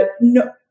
no